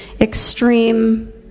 extreme